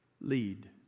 lead